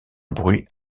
bruit